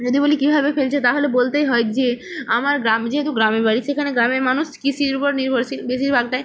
যদি বলি কীভাবে ফেলছে তাহলে বলতেই হয় যে আমার গ্রাম যেহেতু গ্রামে বাড়ি সেখানে গ্রামের মানুষ কৃষির উপর নির্ভরশীল বেশিরভাগটাই